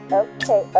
okay